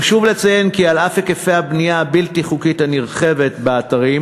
חשוב לציין כי על אף היקפי הבנייה הבלתי-חוקית הנרחבת באתרים,